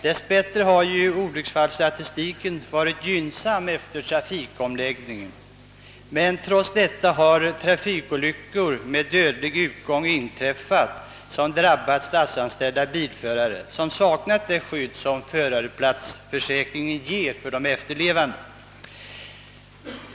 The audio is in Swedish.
Dess bättre har olycksfallsstatistiken varit gynnsam efter trafikomläggningen. Trots detta har trafikolyckor med dödlig utgång drabbat statsanställda bilförare som saknat det skydd som förarplatsförsäkringen ger de efterlevande.